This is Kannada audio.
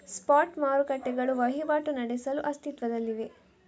ಸ್ಪಾಟ್ ಮಾರುಕಟ್ಟೆಗಳು ವಹಿವಾಟು ನಡೆಸಲು ಅಸ್ತಿತ್ವದಲ್ಲಿವೆ